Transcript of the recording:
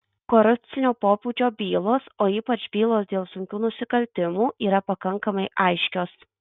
korupcinio pobūdžio bylos o ypač bylos dėl sunkių nusikaltimų yra pakankamai aiškios